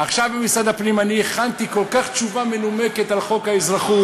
עכשיו במשרד הפנים הכנתי תשובה כל כך מנומקת על חוק האזרחות,